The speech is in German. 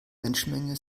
menschenmenge